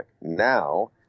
Now